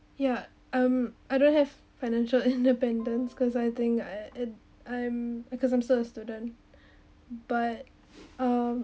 yeah um I don't have financial independence cause I think I at I'm because I'm still a student but um